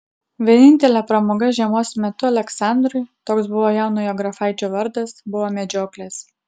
vienintelė pramoga žiemos metu aleksandrui toks buvo jaunojo grafaičio vardas buvo medžioklės